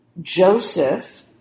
Joseph